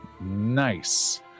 Nice